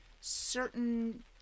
certain